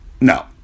No